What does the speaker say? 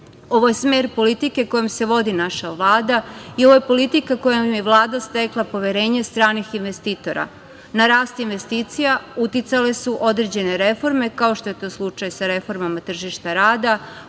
Ovo je smer politike kojom se vodi naša Vlada i ovo je politika kojom je Vlada stekla poverenje stranih investitora. Na rast investicija uticale su određene reforme kao što je to slučaj sa reformama tržišta rada,